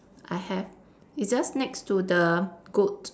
I have it's just next to the goat